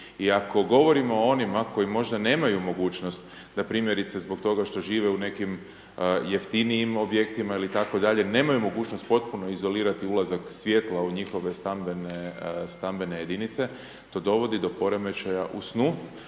I ako govorimo o onima koji možda nemaju mogućnost da primjerice zbog tog što žive u nekim jeftinijim objektima ili tako dalje, nemaju mogućnost potpuno izolirati ulazak svjetla u njihove stambene jedinice, to dovodi do poremećaja u snu